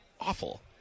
awful